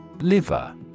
Liver